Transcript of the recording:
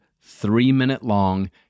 three-minute-long